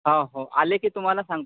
हो हो आले की तुम्हाला सांगतो